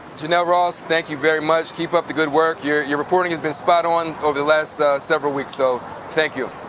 janell ross, thank you very much. keep up the good work. your your reporting has been spot on over the last so several weeks, so thank you.